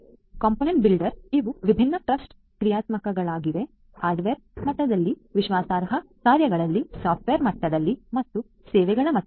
component ಬಿಲ್ಡರ್ಗೆ ಇವು ವಿಭಿನ್ನ ಟ್ರಸ್ಟ್ ಕ್ರಿಯಾತ್ಮಕತೆಗಳಾಗಿವೆ ಹಾರ್ಡ್ವೇರ್ ಮಟ್ಟದಲ್ಲಿ ವಿಶ್ವಾಸಾರ್ಹ ಕಾರ್ಯಗಳಲ್ಲಿ ಸಾಫ್ಟ್ವೇರ್ ಮಟ್ಟದಲ್ಲಿ ಮತ್ತು ಸೇವೆಗಳ ಮಟ್ಟದಲ್ಲಿ